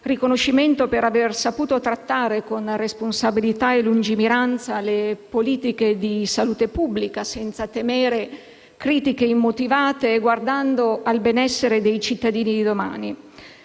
riconoscimento per aver saputo trattare con responsabilità e lungimiranza le politiche di salute pubblica, senza temere critiche immotivate e guardando al benessere dei cittadini di domani.